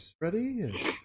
ready